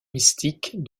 mystique